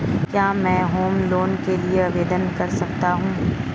क्या मैं home loan के लिए आवेदन कर सकता हूं?